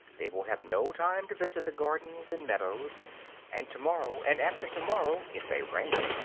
they will have no time to visit the gardens and meadows and to-morrow, and after to-morrow, it may rain,